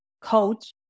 coach